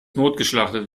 notgeschlachtet